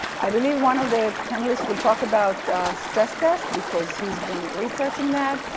i believe one of the panelists will talk about stress test because he's been researching that.